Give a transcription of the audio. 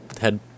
head